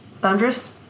thunderous